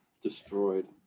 destroyed